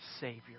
Savior